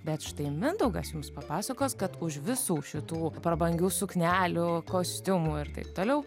bet štai mindaugas jums papasakos kad už visų šitų prabangių suknelių kostiumų ir taip toliau